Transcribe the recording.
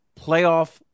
playoff